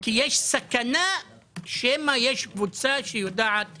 כי יש סכנה שמא יש קבוצה שיודעת